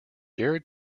jared